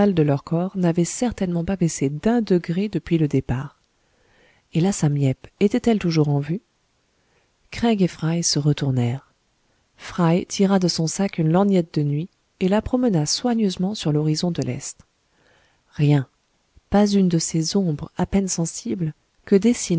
de leur corps n'avait certainement pas baissé d'un degré depuis le départ et la sam yep était-elle toujours en vue craig et fry se retournèrent fry tira de son sac une lorgnette de nuit et la promena soigneusement sur l'horizon de l'est rien pas une de ces ombres à peine sensibles que dessinent